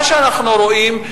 מה שאנחנו רואים,